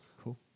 Cool